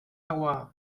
agua